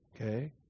okay